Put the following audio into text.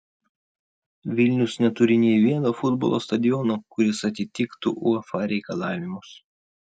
vilnius neturi nei vieno futbolo stadiono kuris atitiktų uefa reikalavimus